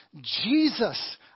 Jesus